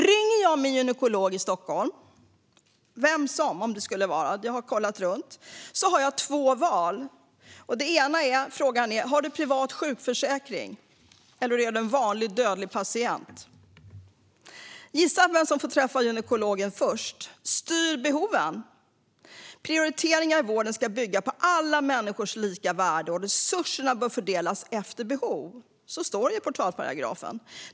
Om jag ringer min gynekolog i Stockholm - det kan vara vilken gynekolog som helst, för jag har kollat runt - måste jag göra ett val och får två frågor. Den ena frågan är: Har du en privat sjukvårdsförsäkring? Den andra frågan är: Eller är du vanlig dödlig patient? Gissa vem som får träffa gynekologen först! Styr behoven? Prioriteringar i vården ska bygga på alla människors lika värde, och resurserna bör fördelas efter behov. Så står det i portalparagrafen.